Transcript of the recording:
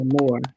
more